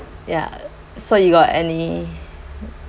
ya so you got any